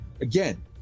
again